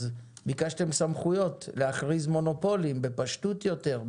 אז ביקשתם סמכויות להכריז מונופולים בפשטות יותר,